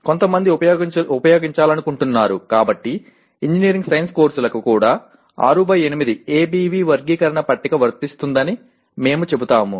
కొంతమంది ఉపయోగించాలనుకుంటున్నారు కాబట్టి ఇంజనీరింగ్ సైన్స్ కోర్సులకు కూడా 6 బై 8 ABV వర్గీకరణ పట్టిక వర్తిస్తుందని మేము చెబుతాము